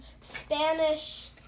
Spanish